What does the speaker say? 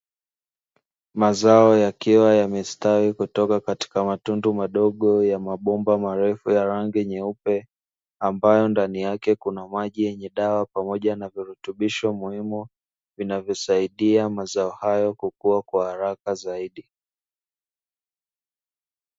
Mazao yakiwa yamestawi kutoka katika matundu madogo ya mabomba marefu ya rangi nyeupe, ambayo ndani yake kuna maji yenye dawa pamoja na virutubusho muhimu, vinavyosaidia mazao hayo kukua kwa haraka zaidi.